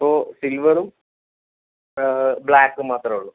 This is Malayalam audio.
ഇപ്പോൾ സിൽവറും ബ്ലാക്കും മാത്രമേ ഉള്ളൂ